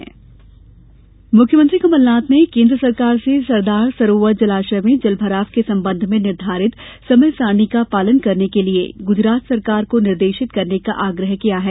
मुख्यमंत्री बांध मुख्यमंत्री कमलनाथ ने केन्द्र सरकार से सरदार सरोवर जलाशय में जल भराव के संबंध में निर्धारित समय सारिणी का पालन करने के लिए गुजरात सरकार को निर्देशित करने का आग्रह किया है